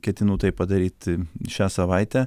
ketinu tai padaryti šią savaitę